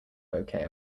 bouquet